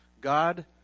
God